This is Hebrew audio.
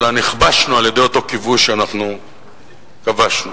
אלא נכבשנו על-ידי כיבוש שאנחנו כבשנו.